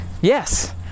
Yes